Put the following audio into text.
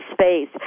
space